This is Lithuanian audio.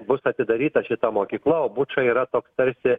bus atidaryta šita mokyklao buča yra toks tarsi